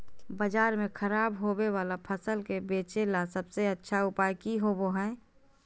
बाजार में खराब होबे वाला फसल के बेचे ला सबसे अच्छा उपाय की होबो हइ?